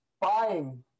buying